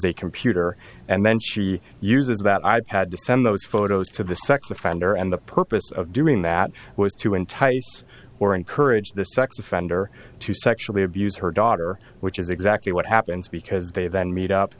a computer and then she uses that i had to send those photos to the sex offender and the purpose of doing that was to entice or encourage the sex offender to sexually abuse her daughter which is exactly what happens because they then meet up